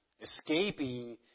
escaping